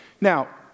Now